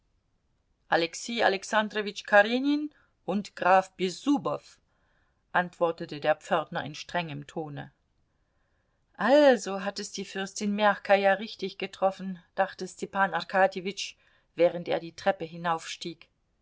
alexei alexandrowitsch karenin und graf bessubow antwortete der pförtner in strengem tone also hat es die fürstin mjachkaja richtig getroffen dachte stepan arkadjewitsch während er die treppe